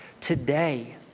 today